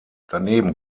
daneben